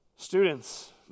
Students